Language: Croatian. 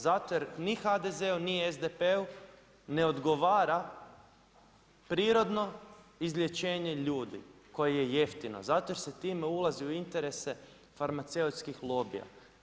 Zato jer ni HDZ-u ni SDP-u ne odgovara prirodno izlječenje ljudi koje je jeftino, zato jer se time ulazi u interese farmaceutskih lobija.